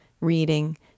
reading